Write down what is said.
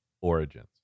origins